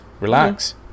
relax